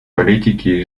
политики